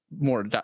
more